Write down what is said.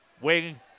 Wing